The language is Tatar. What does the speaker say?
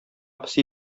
песи